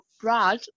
Brad